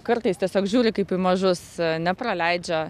kartais tiesiog žiūri kaip į mažus nepraleidžia